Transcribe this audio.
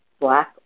Black